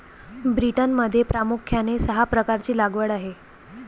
ब्रिटनमध्ये प्रामुख्याने सहा प्रकारची लागवड आहे